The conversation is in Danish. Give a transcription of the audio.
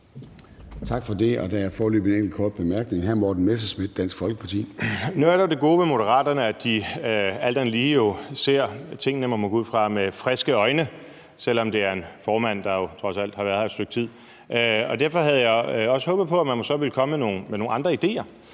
Kl. 13:54 Morten Messerschmidt (DF): Nu er der det gode ved Moderaterne, at de jo alt andet lige ser tingene, må man gå ud fra, med friske øjne, selv om det er en formand, der jo trods alt har været her i et stykke tid. Derfor havde jeg også håbet på, at man så ville komme med nogle andre idéer.